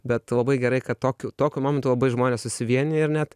bet labai gerai kad tokiu tokiu momentu labai žmonės susivienija ir net